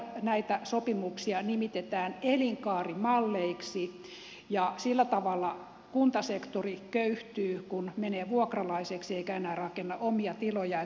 näitä sopimuksia nimitetään elinkaarimalleiksi ja sillä tavalla kuntasektori köyhtyy kun menee vuokralaiseksi eikä enää rakenna omia tiloja